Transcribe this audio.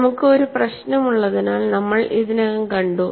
നമുക്ക് ഒരു പ്രശ്നമുള്ളതിനാൽ നമ്മൾ ഇതിനകം കണ്ടു